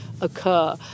occur